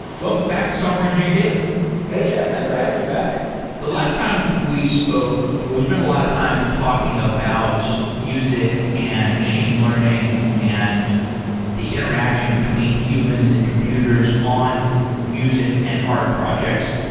welcome back to software engineering daily hey jeff, thanks for having me back the last time we spoke, we spent a lot of time talking about music and machine learning and the interaction between humans and computers on music and art projects.